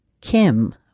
Kim